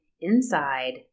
inside